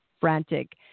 frantic